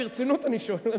ברצינות אני שואל,